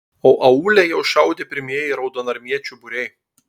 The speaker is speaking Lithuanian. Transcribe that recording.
o aūle jau šaudė pirmieji raudonarmiečių būriai